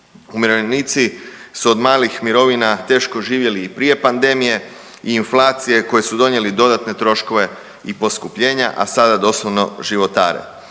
Umirovljenici su od malih mirovina teško živjeli i prije pandemije i inflacije koje su donijele dodatne troškove i poskupljenja, a sada doslovno životare.